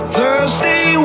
Thursday